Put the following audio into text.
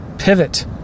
pivot